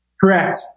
Correct